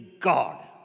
God